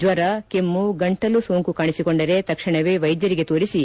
ಜ್ವರ ಕೆಮ್ಜು ಗಂಟಲು ಸೋಂಕು ಕಾಣಿಸಿಕೊಂಡರೆ ತಕ್ಷಣವೇ ವೈದ್ಯರಿಗೆ ತೋರಿಸಿ